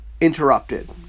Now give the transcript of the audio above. interrupted